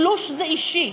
תלוש זה אישי.